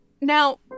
Now